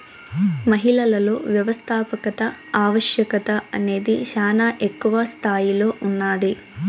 మహిళలలో వ్యవస్థాపకత ఆవశ్యకత అనేది శానా ఎక్కువ స్తాయిలో ఉన్నాది